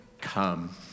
come